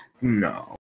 No